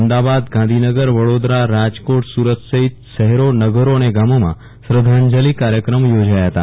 અમદાવાદ ગાંધીનગર વડોદરા રાજકોટ સુરત સહિત શહેરોનગરો અને ગામોમાં શ્રધ્ધાજલિ કાર્યક્રમો યોજાયા હતા